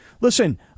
listen